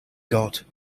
got